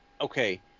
Okay